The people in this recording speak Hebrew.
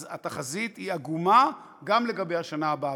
אז התחזית היא עגומה גם לגבי השנה הבאה,